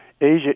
Asia